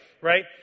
right